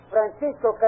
Francisco